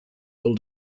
all